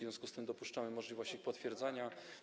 W związku z tym dopuszczamy możliwość ich potwierdzenia.